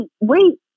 wait